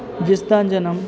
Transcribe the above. ਜਿਸ ਦਾ ਜਨਮ